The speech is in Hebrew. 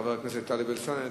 חבר הכנסת טלב אלסאנע,